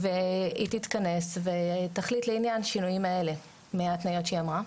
היא תתכנס ותחליט לעניין השינויים האלה מהתניות שהיא אמרה.